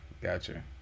gotcha